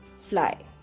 fly